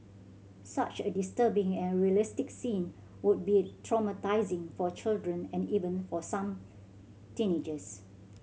such a disturbing and realistic scene would be traumatising for children and even for some teenagers